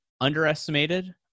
underestimated